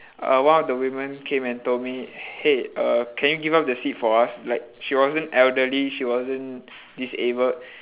uh one of the women came and told me hey err can you give up the seat for us like she wasn't elderly she wasn't disabled